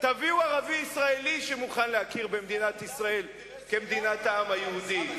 תביאו ערבי ישראלי שמוכן להכיר במדינת ישראל כמדינת העם היהודי.